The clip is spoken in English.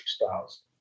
styles